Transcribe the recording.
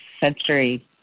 century